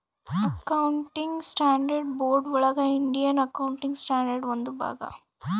accounting standards board ಒಳಗ Indian accounting standard ಒಂದು ಭಾಗ